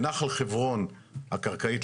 בנחל חברון הקרקעית,